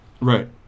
Right